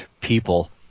people